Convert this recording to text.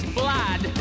blood